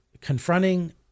confronting